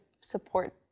support